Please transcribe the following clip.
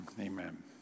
amen